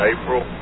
April